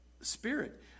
spirit